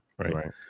right